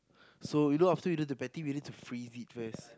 so you know after you do the patty we need to freeze it first